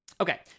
Okay